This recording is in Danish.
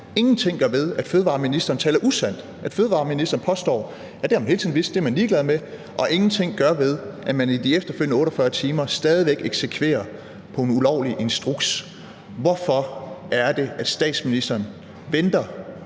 ingenting gør ved, at fødevareministeren taler usandt, at fødevareministeren påstår, at det har man hele tiden vidst, at det er man ligeglad med, og ingenting gør ved, at man i de efterfølgende 48 timer stadig væk eksekverer på en ulovlig instruks. Hvorfor er det, at statsministeren venter